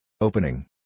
Opening